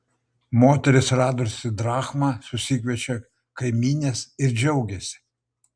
moteris radusi drachmą susikviečia kaimynes ir džiaugiasi